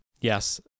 Yes